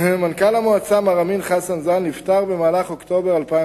מנכ"ל המועצה מר אמין חסן ז"ל נפטר במהלך אוקטובר 2008,